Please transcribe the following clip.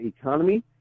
economy